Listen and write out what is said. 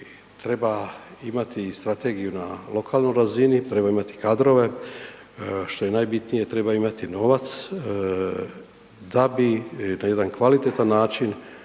treba imati i strategiju na lokalnoj razini, treba imati kadrove, što je najbitnije treba imati novac da bi na jedan kvalitetan način